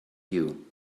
you